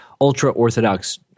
ultra-Orthodox